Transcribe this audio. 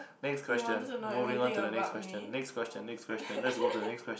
next question moving on to the next question next question next question let's go to the next question